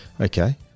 Okay